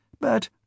But